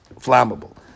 flammable